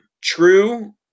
true